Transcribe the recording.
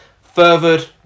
furthered